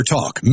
Talk